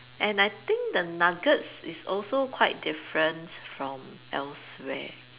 and I think the nuggets is also quite different from elsewhere